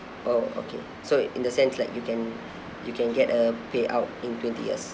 oh okay so in the sense like you can you can get a payout in twenty years